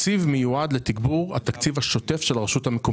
התקציב מיועד לתגבור התקציב השוטף של הרשות המקומית.